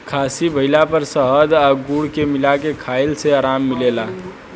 खासी भइला पर शहद आ गुड़ के मिला के खईला से आराम मिलेला